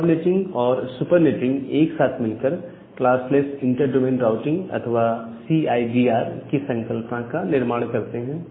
subnetting और supernetting एक साथ मिलकर क्लास लेस इंटरडोमेन राउटिंग अथवा सी आई डी आर की संकल्पना का निर्माण करते हैं